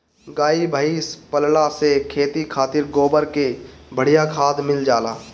गाई भइस पलला से खेती खातिर गोबर के बढ़िया खाद मिल जाला